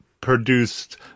produced